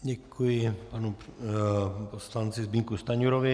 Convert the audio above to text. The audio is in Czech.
Děkuji panu poslanci Zbyňku Stanjurovi.